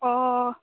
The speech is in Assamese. অ